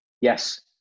Yes